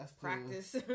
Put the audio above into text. practice